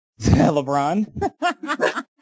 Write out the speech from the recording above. LeBron